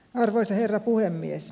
arvoisa herra puhemies